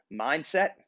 Mindset